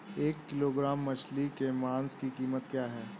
एक किलोग्राम मछली के मांस की कीमत क्या है?